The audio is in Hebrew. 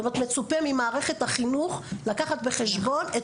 זאת אומרת מצופה ממערכת החינוך לקחת בחשבון את